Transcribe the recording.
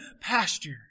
pasture